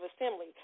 assembly